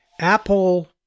Apple